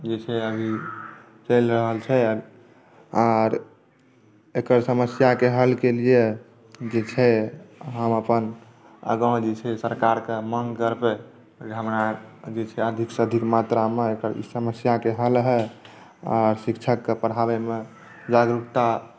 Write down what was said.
जे छै अभी चलि रहल छै आर एकर समस्याके हलके लिए जे छै हम अपन आगाँ जे छै सरकारकेँ माङ्ग करबै जे हमरा जे छै से अधिकसंँ अधिक मात्रामे ई समस्याके हल होए आ शिक्षककेॅं पढ़ावैमे जागरूकता